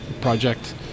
project